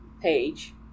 page